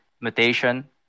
mutation